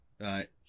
right